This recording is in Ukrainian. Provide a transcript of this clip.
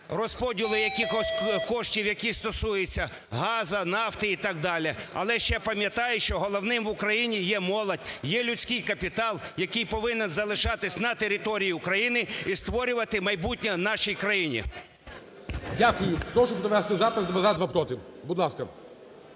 розподілу якихось коштів, які стосуються газу, нафти і так далі, але ще пам'ятають, що головним в Україні є молодь, є людський капітал, який повинен залишатись на території України і створювати майбутнє в нашій країні. ГОЛОВУЮЧИЙ. Дякую. Прошу провести запис: два – за, два – проти. Будь ласка.